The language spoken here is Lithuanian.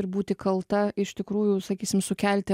ir būti kalta iš tikrųjų sakysim sukelti